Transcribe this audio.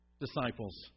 disciples